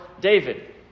David